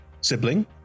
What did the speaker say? sibling